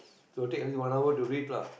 so take at least one hour to read lah